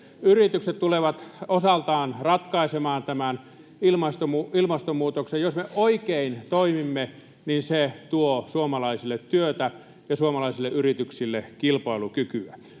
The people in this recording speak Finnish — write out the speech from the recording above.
Yritykset tulevat osaltaan ratkaisemaan tämän ilmastonmuutoksen. Jos me toimimme oikein, niin se tuo suomalaisille työtä ja suomalaisille yrityksille kilpailukykyä.